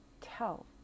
tell